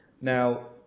Now